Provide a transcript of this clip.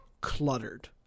cluttered